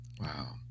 wow